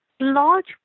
Large